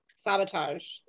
sabotage